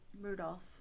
Rudolph